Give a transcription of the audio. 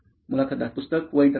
मुलाखतदार पुस्तक व इंटरनेट